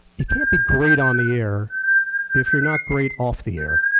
you can't be great on the air if you're not great off the air,